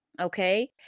okay